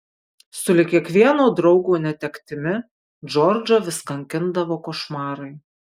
sulig kiekvieno draugo netektimi džordžą vis kankindavo košmarai